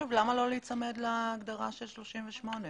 למה לא להיצמד להגדרה של 38?